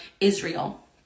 Israel